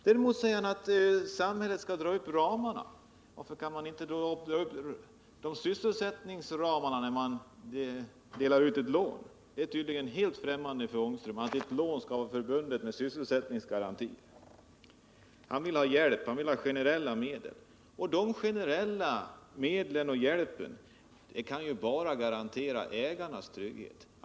Däremot säger herr Ångström att samhället skall dra upp ramarna för rationaliseringarna. Varför kan man då inte också dra upp sysselsättningsramarna? Det är tydligen helt främmande för herr Ångström att ett lån skall vara förbundet med en sysselsättningsgaranti. Han vill i stället sätta in generella medel för det ändamålet. Men sådana kan bara garantera ägarnas trygghet.